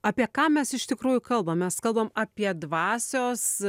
apie ką mes iš tikrųjų kalbam mes kalbam apie dvasios